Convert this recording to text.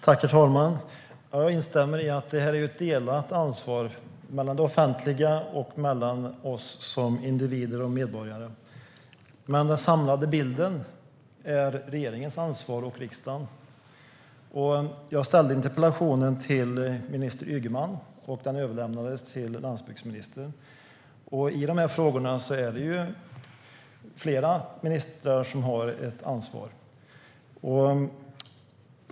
Herr talman! Jag instämmer i att det är ett delat ansvar, mellan det offentliga och oss som individer och medborgare. Men den samlade bilden är regeringens och riksdagens ansvar. Jag ställde interpellationen till minister Ygeman. Den överlämnades till landsbygdsministern. Det är ju flera ministrar som har ansvar för de här frågorna.